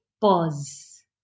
pause